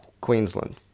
Queensland